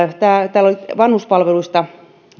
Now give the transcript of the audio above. täällä oli vanhuspalveluista